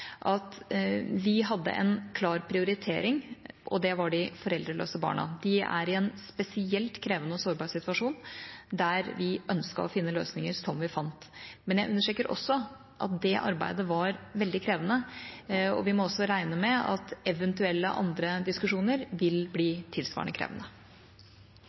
dag: Vi hadde en klar prioritering, og det var de foreldreløse barna. De er i en spesielt krevende og sårbar situasjon der vi ønsket å finne løsninger – som vi fant. Men jeg understreker også at det arbeidet var veldig krevende. Vi må regne med at eventuelle andre diskusjoner vil